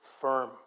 firm